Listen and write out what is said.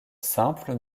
simples